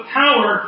power